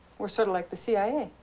we're sort of like the cia.